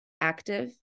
active